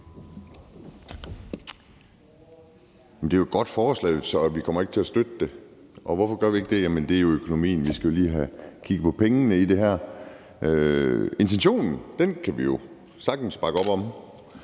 Det er et godt forslag, og vi kommer ikke til at støtte det, og hvorfor gør vi ikke det? Jamen det er jo økonomien. Vi skal jo lige have kigget på pengene i det her. Intentionen kan vi sagtens bakke op om.